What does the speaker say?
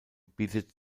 bietet